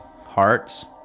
Hearts